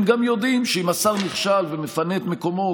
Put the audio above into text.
הם גם יודעים שאם השר נכשל ומפנה את מקומו,